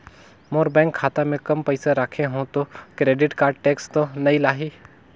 मोर bank खाता मे काम पइसा रखे हो तो क्रेडिट कारड टेक्स तो नइ लाही???